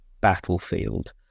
battlefield